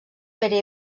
pere